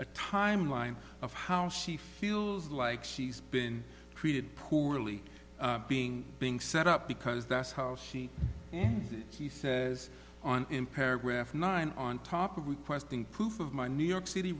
a timeline of how she feels like she's been treated poorly being being set up because that's how she he says on him paragraph nine on top of requesting proof of my new york city